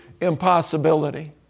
impossibility